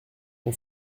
ton